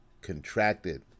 contracted